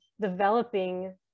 developing